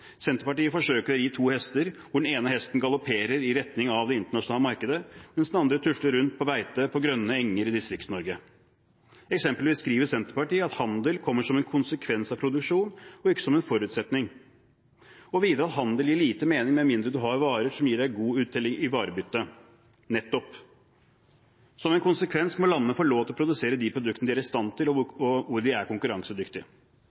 Senterpartiet forsøker å ri to hester, hvor den ene hesten galopperer i retning av det internasjonale markedet, mens den andre tusler rundt på beite på grønne enger i Distrikts-Norge. Senterpartiet skriver f.eks. at handel kommer som en konsekvens av produksjon, og ikke som en forutsetning. Videre skriver de at handel gir lite mening med mindre man har varer som gir god uttelling i varebyttet. Nettopp! Som en konsekvens må landene få lov til å produsere de produktene de er i stand til, og